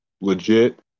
legit